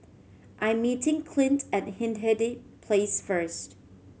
I meeting Clint at Hindhede Place first